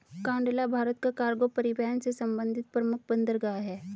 कांडला भारत का कार्गो परिवहन से संबंधित प्रमुख बंदरगाह है